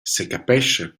secapescha